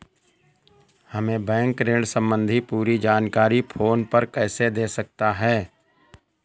हमें बैंक ऋण संबंधी पूरी जानकारी फोन पर कैसे दे सकता है?